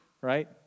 right